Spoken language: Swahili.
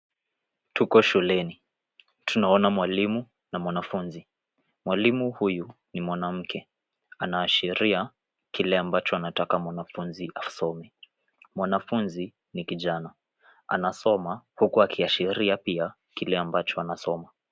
Tuko shuleni. Tunaona mwalimu na mwanafunzi. Mwalimu huyu ni mwanamke. Anaashiria kile ambacho anataka mwanafunzi asome. Mwanafunzi ni kijana. Anasoma huku akiashiria pia kile ambacho anasoma.